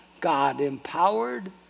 God-empowered